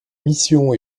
missions